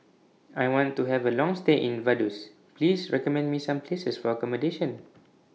I want to Have A Long stay in Vaduz Please recommend Me Some Places For accommodation